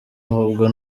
ahubwo